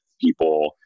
people